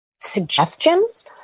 suggestions